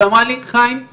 ואמרה לי חיים,